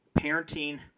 parenting